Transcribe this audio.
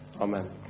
Amen